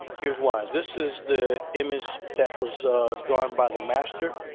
here's why. this is the image that was drawn by the master.